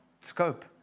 scope